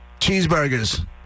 cheeseburgers